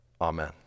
amen